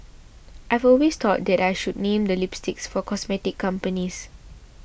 I've always thought that I should name the lipsticks for cosmetic companies